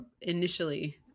initially